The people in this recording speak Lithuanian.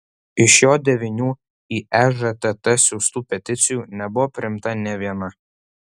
iš jo devynių į ežtt siųstų peticijų nebuvo priimta nė viena